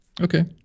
Okay